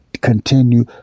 continue